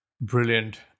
Brilliant